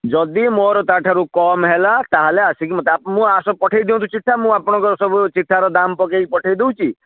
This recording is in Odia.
ଯଦି ମୋର ତା ଠାରୁ କମ୍ ହେଲା ତା'ହେଲେ ଆସିକି ମୁଁ ଆସ ପଠାଇଦିଅନ୍ତୁ ଚିଠା ମୁଁ ଆପଣଙ୍କର ସବୁ ଚିଠାର ଦାମ୍ ପକାଇ ପଠାଇଦଉଛି